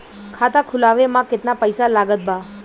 खाता खुलावे म केतना पईसा लागत बा?